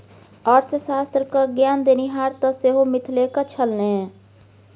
अर्थशास्त्र क ज्ञान देनिहार तँ सेहो मिथिलेक छल ने